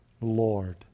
Lord